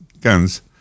guns